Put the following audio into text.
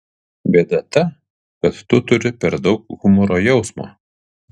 bėda ta kad tu turi per daug humoro jausmo